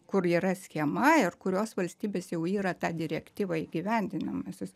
kur yra schema ir kurios valstybės jau yra tą direktyvą įgyvendinimosios